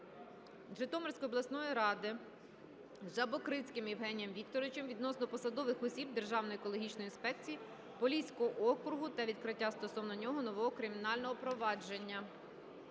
Житомирської обласної ради Жабокрицьким Євгенієм Вікторовичем відносно посадових осіб Державної екологічної інспекції Поліського округу та відкриття стосовно нього нового кримінального провадження.